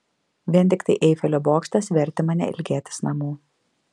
vien tiktai eifelio bokštas vertė mane ilgėtis namų